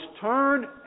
turn